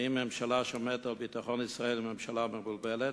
האם ממשלה שעומדת על ביטחון ישראל היא ממשלה מבולבלת?